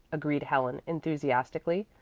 agreed helen enthusiastically.